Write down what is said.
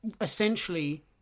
essentially